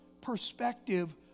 perspective